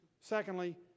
Secondly